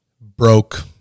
Broke